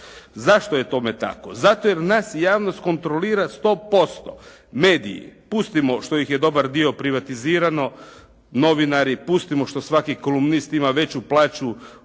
Zašto je tome tako? Zato jer nas javnost kontrolira sto posto. Mediji, pustimo što ih je dobar dio privatizirano. Novinari, pustimo što svaki kolumnist ima veću plaću